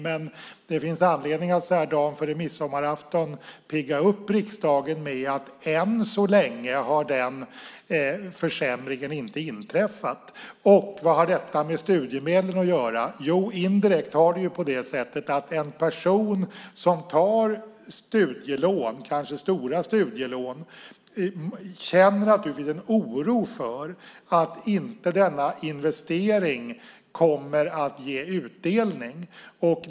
Men det finns anledning att så här dagen före midsommarafton pigga upp riksdagen med att den försämringen inte har inträffat ännu. Vad har det med studiemedlen att göra? Indirekt har det ju det. En person som tar studielån, kanske stora studielån, känner naturligtvis en oro för att den investeringen inte kommer att ge utdelning.